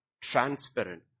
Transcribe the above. transparent